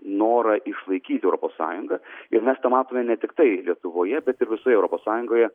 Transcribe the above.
norą išlaikyti europos sąjungą ir mes tą matome ne tiktai lietuvoje bet ir visoje europos sąjungoje